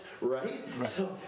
Right